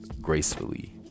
gracefully